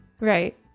right